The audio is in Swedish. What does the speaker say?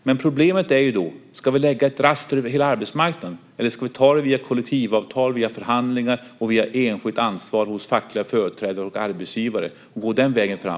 Men frågan är då om vi ska lägga ett raster över hela arbetsmarknaden eller om vi ska ta det via kollektivavtal, via förhandlingar och via enskilt ansvar hos fackliga företrädare och arbetsgivare och gå den vägen fram.